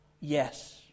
yes